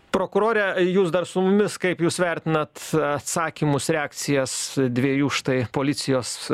prokurore jūs dar su mumis kaip jūs vertinat atsakymus reakcijas dviejų štai policijos